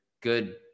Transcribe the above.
good